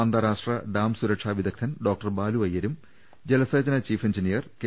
അന്താരാഷ്ട്ര ഡാം സുരക്ഷാ വിദഗ്ദ്ധൻ ഡോക്ടർ ബാലു അയ്യരും ജലസേചന ചീഫ് എഞ്ചിനീയർ കെ